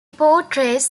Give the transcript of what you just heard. portrays